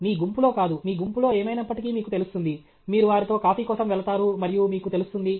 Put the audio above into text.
మీ గుంపులో కాదు మీ గుంపులో ఏమైనప్పటికీ మీకు తెలుస్తుంది మీరు వారితో కాఫీ కోసం వెళతారు మరియు మీకు తెలుస్తుంది